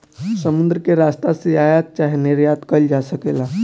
समुद्र के रस्ता से आयात चाहे निर्यात कईल जा सकेला